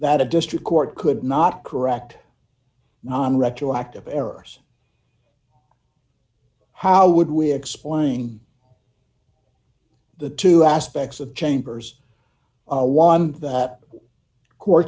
that a district court could not correct on retroactive errors how would we explain the two aspects of chambers a one the co